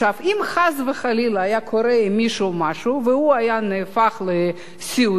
אם חס וחלילה היה קורה משהו למישהו והוא היה הופך לסיעודי,